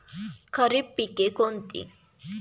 खरीप पिके कोणती?